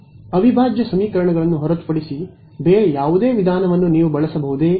ಅವಿಭಾಜ್ಯ ಸಮೀಕರಣಗಳನ್ನು ಹೊರತುಪಡಿಸಿ ಬೇರೆ ಯಾವುದೇ ವಿಧಾನವನ್ನು ನೀವು ಬಳಸಬಹುದೇ